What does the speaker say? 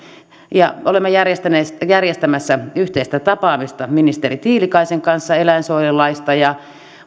olemme järjestämässä yhteistä tapaamista ministeri tiilikaisen kanssa eläinsuojelulaista ja